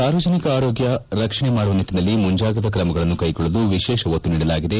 ಸಾರ್ವಜನಿಕರ ಆರೋಗ್ಯ ರಕ್ಷಣೆ ಮಾಡುವ ನಿಟ್ಟನಲ್ಲಿ ಮುಂಜಾಗ್ರತಾ ಕ್ರಮಗಳನ್ನು ಕೈಗೊಳ್ಳಲು ವಿಶೇಷ ವಿತ್ತು ನೀಡಲಾಗಿದೆ